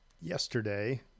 yesterday